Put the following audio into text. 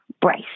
brace